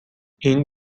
این